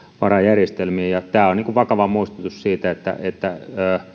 varajärjestelmiin tämä on vakava muistutus siitä että että